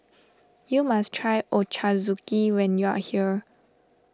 you must try Ochazuke when you are here